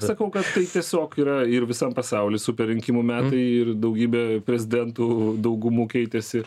sakau kad tai tiesiog yra ir visam pasauly superrinkimų metai ir daugybė prezidentų daugumų keitėsi